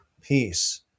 peace